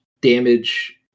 damage